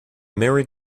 merry